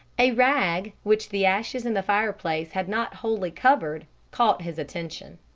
a rag which the ashes in the fireplace had not wholly covered caught his attention.